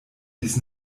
dies